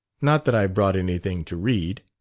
not that i've brought anything to read.